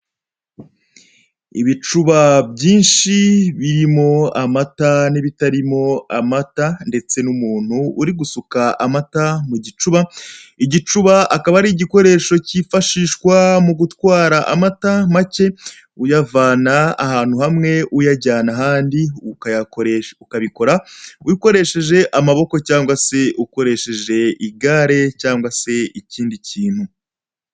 Ibicuba byinshi birimo amata n'ibitarimo amata ndetse n'umuntu uri gusuka amata mu gicuba, igicuba akaba ari igikoresho cyifashishwa mu gutwara amata make, uyavana ahantu hamwe uyajyana ahandi, ukabikora ukoresheje amaboko cyangwa se ukoresheje igare cyangwa se ikindi kintu.